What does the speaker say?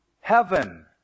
heaven